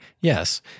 Yes